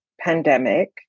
pandemic